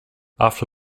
after